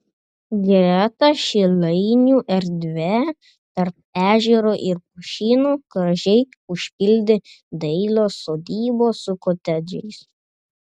greta šilainių erdvę tarp ežero ir pušyno gražiai užpildė dailios sodybos su kotedžais